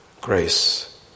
grace